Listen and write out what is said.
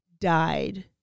died